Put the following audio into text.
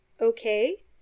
okay